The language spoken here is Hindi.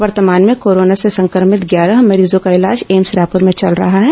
वर्तमान में कोरोना से संक्रॅमित ग्यारह मरीजों का इलाज एम्स रायपुर में चल रहा है